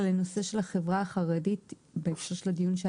לנושא של החברה החרדית בהקשר של הדיון.